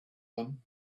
them